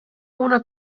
una